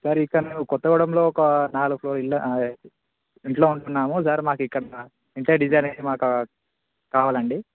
sir ఇక్కడ కొత్తగూడెంలో ఒక నాలుగు ఇల్లా ఇంట్లో ఉంటున్నాము సార్ మాకు ఇక్కడ ఇంట్లో డిజైన్ వేసి మాకు కావాలండి